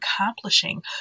accomplishing